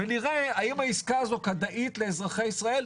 ונראה האם העסקה הזאת כדאית למדינת ישראל,